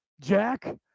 Jack